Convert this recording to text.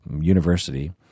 university